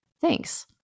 Thanks